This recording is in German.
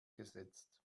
gesetzt